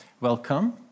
Welcome